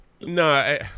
no